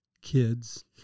kids